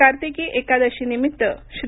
कार्तिकी एकादशी निमित्त श्री